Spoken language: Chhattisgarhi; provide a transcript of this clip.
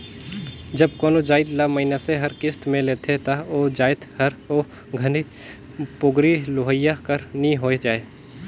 जब कोनो जाएत ल मइनसे हर किस्त में लेथे ता ओ जाएत हर ओ घनी पोगरी लेहोइया कर नी होए जाए